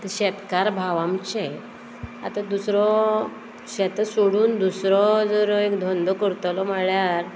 शेतकार भाव आमचे आतां दुसरो शेतां सोडून दुसरो जर एक धंदो करतलो म्हळ्यार